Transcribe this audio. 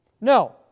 No